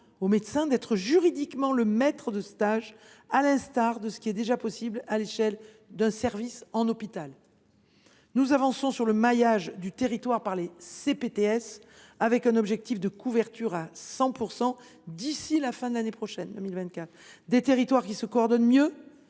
au médecin, d’être juridiquement le maître de stage, à l’instar de ce qui est déjà possible à l’échelle d’un service à l’hôpital. Nous avançons dans le maillage du territoire par les CPTS, l’objectif étant celui d’une couverture à 100 % d’ici à la fin de l’année 2024. Des territoires qui se coordonnent mieux,